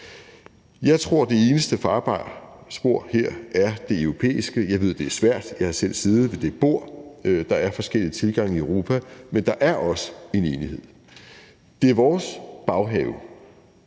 Jeg tror, at det eneste farbare spor her er det europæiske. Jeg ved, at det er svært. Jeg har selv siddet ved det bord. Der er forskellige tilgange i Europa, men der er også en enighed. Det er vores baghave.